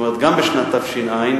כלומר גם בשנת תש"ע,